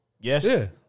Yes